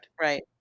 right